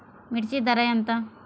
మిర్చి ధర ఎంత?